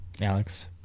Alex